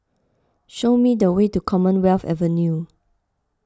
show me the way to Commonwealth Avenue